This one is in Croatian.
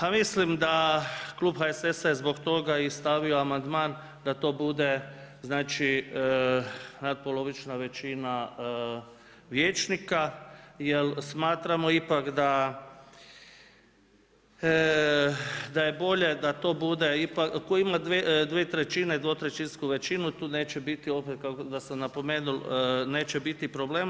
A mislim da klub HSS-a je zbog toga i stavio amandman da to bude, znači nadpolovična većina vijećnika jer smatramo ipak da je bolje da to bude ipak, tko ima dvije trećine, dvotrećinsku većinu tu neće biti opet da sam napomenul, neće biti problema.